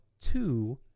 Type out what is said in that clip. two